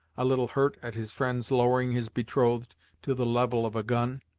a little hurt at his friend's lowering his betrothed to the level of a gun.